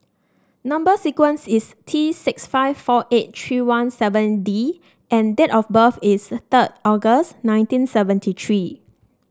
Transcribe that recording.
number sequence is T six five four eight three one seven D and date of birth is third August nineteen seventy three